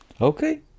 Okay